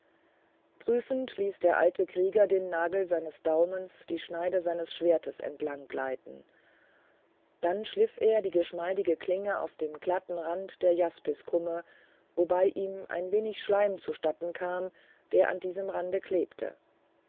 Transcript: prüfend ließ der alte krieger den nagel seines daumens die schneide seines schwertes entlang gleiten dann schliff er die geschmeidige klinge auf dem glatten rand der jaspiskumme wobei ihm ein wenig schleim zustatten kam der an diesem rande klebte